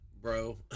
Bro